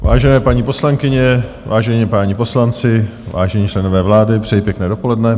Vážené paní poslankyně, vážení páni poslanci, vážení členové vlády, přeji pěkné dopoledne.